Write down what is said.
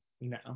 no